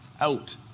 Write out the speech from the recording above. out